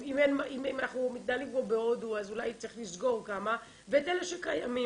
אם אנחנו מתנהלים כמו בהודו אז אולי צריך לסגור כמה ואת אלה שקיימים,